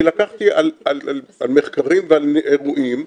אני לקחתי על מחקרים ועל אירועים.